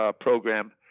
program